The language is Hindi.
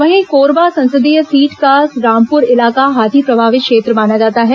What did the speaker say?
वहीं कोरबा संसदीय सीट का रामपुर इलाका हाथी प्रभावित क्षेत्र माना जाता है